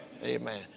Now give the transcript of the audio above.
Amen